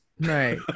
right